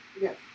Yes